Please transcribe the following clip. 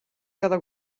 cada